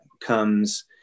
comes